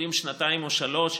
שלומדים שנתיים או שלוש,